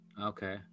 Okay